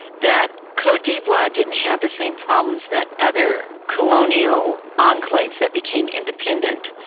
that cote d'ivoire didn't have the same problems that other colonial enclaves that became independent,